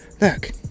look